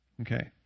Okay